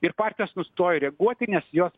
ir partijos nustojo reaguoti nes jos